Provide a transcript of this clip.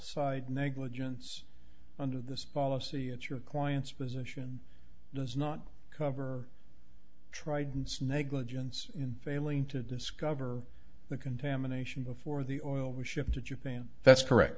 s negligence under this policy it's your client's position does not cover tridents negligence in failing to discover the contamination before the oil was shipped to japan that's correct